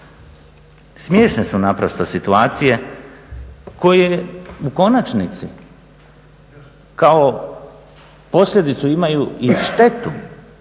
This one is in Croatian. Smiješne su naprosto situacije koje u konačnici kao posljedicu imaju i štetu